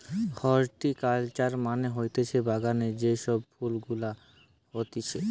horticulture মানে হতিছে বাগানে যে সব ফুল গুলা হতিছে